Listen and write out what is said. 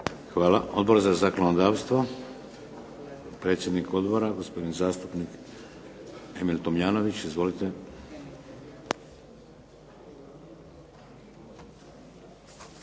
Hvala. Odbor za zakonodavstvo, predsjednik odbora gospodin zastupnik Emil Tomljavnović. Izvolite.